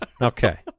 Okay